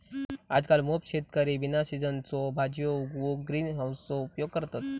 आजकल मोप शेतकरी बिना सिझनच्यो भाजीयो उगवूक ग्रीन हाउसचो उपयोग करतत